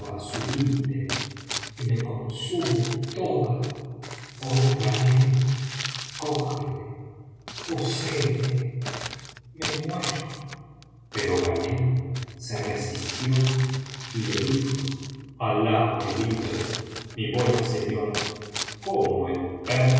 su límite y me consume toda oh ghanem cógeme poséeme me muero pero ghanem se resistió y le dijo alah me libre mi buena señora cómo el